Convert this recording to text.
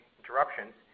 interruptions